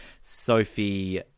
Sophie